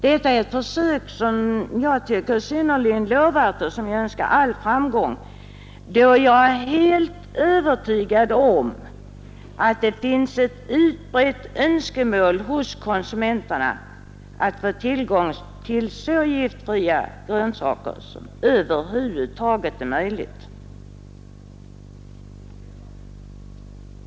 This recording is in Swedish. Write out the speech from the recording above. Detta är ett försök som jag anser synnerligen lovvärt och önskar all framgång, då jag är helt övertygad om att det finns ett utbrett önskemål hos konsumenterna att få tillgång till så giftfria grönsaker som över huvud taget är möjligt.